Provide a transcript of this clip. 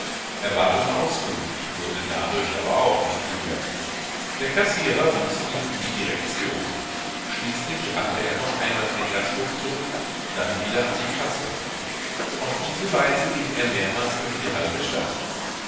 bat um auskunft wurde dadurch aber auch nicht klüger der kassierer wies ihn in die direktion schließlich rannte er noch einmal in den gasthof zurück dann wieder an die kasse auf diese weise lief er mehrmals durch die halbe stadt